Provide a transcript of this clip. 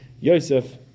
Yosef